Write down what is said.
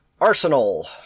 Arsenal